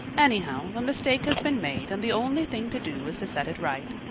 anyhow, the mistake has been made and the only thing to do is to set it right.